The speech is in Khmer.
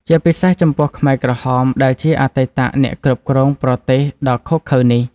ជាពិសេសចំពោះខ្មែរក្រហម ដែលជាអតីតអ្នកគ្រប់គ្រងប្រទេសដ៏ឃោរឃៅនេះ ។